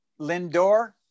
Lindor